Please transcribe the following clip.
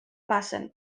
passen